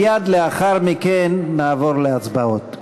מייד לאחר מכן נעבור להצבעות.